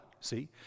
See